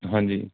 ਹਾਂਜੀ